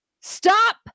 stop